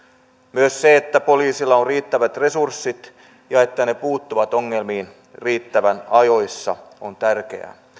myös se että poliisilla on riittävät resurssit ja että se puuttuu ongelmiin riittävän ajoissa on tärkeää